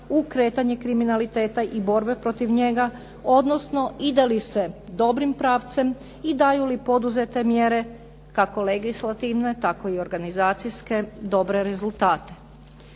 u kretanje kriminaliteta i borbe protiv njega odnosno ide li se dobrim pravcem i idu li poduzete mjere kako legislativne tako i organizacijske dobre rezultate.